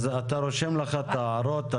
אז אתה רושם לך את ההערות.